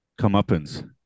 comeuppance